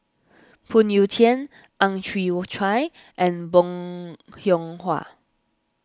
Phoon Yew Tien Ang Chwee Chai and Bong Hiong Hwa